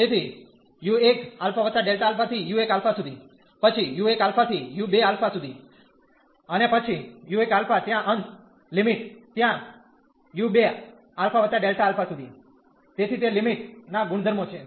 તેથી u1 α Δα થી u1 α સુધી પછી u1 α થી u2 α સુધી અને પછી u1 α ત્યાં અંત લિમિટ ત્યાં u2 α Δα સુધી તેથી તે લિમિટ ના ગુણધર્મો છે